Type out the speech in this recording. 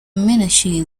minutiae